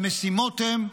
המשימות הן: